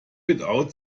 without